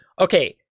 okay